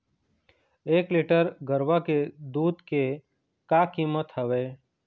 एक लीटर गरवा के दूध के का कीमत हवए?